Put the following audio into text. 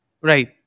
Right